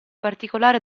particolare